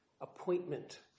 appointment